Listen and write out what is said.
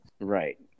right